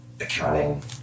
accounting